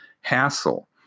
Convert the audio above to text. hassle